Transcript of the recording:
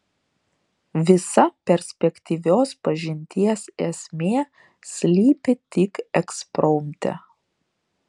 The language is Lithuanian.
visa perspektyvios pažinties esmė slypi tik ekspromte